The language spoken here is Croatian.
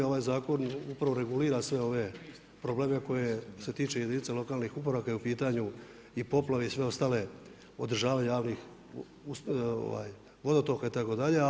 Ovaj zakon upravo regulira sve ove probleme koji se tiču jedinica lokalnih uprava kada je u pitanju i poplave i sve ostale, održavanje javnih vodotoka itd.